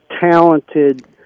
Talented